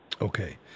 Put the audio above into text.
Okay